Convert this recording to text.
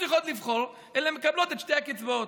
צריכות לבחור אלא מקבלות את שתי הקצבאות.